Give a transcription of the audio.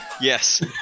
Yes